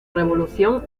revolución